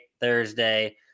Thursday